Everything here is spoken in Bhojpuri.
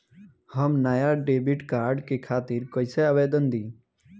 हम नया डेबिट कार्ड के खातिर कइसे आवेदन दीं?